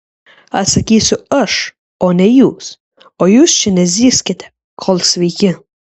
atsakysiu aš o ne jūs o jūs čia nezyzkite kol sveiki